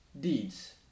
deeds